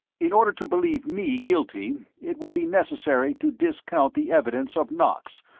in order to believe me guilty, it would be necessary to discount the evidence of knox,